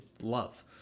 love